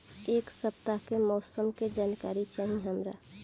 एक सपताह के मौसम के जनाकरी चाही हमरा